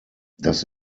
das